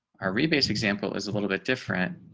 our rebates example is a little bit different.